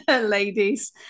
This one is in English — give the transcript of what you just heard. ladies